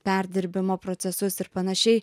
perdirbimo procesus ir panašiai